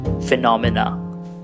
phenomena